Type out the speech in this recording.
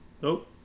nope